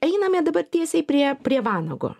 einame dabar tiesiai prie prie vanago